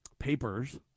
papers